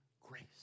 grace